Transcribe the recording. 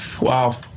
Wow